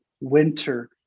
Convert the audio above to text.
winter